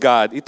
God